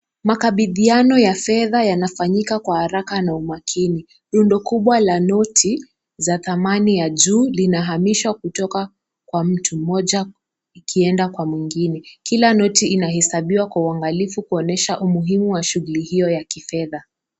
Makabidhiano ya fedha yanafanyika kwa haraka na umakini. Rundo kubwa la noti za thamani, linahamishwa kutoka kwa mtu mmoja, kwenda kwa mwingine. Kila noti inahesabika kwa umakini kuonyesha umuhimu wa shughuli hiyo ya kifedha.